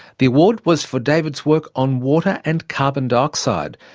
the award was for david's work on water and carbon dioxide,